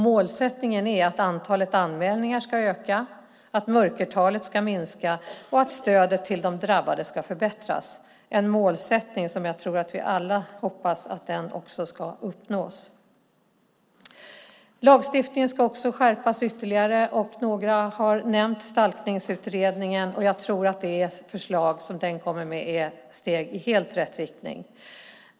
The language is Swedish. Målsättningen är att antalet anmälningar ska öka, att mörkertalet ska minska och att stödet till de drabbade ska förbättras; en målsättning som jag tror att vi alla hoppas också ska uppnås. Lagstiftningen ska också skärpas ytterligare, och några har nämnt Stalkningsutredningen. Jag tror att de förslag som den kommer med är steg i helt rätt riktning.